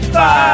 Five